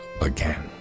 again